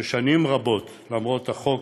ששנים רבות, למרות החוק,